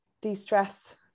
de-stress